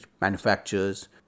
manufacturers